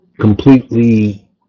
completely